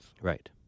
Right